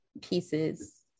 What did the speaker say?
pieces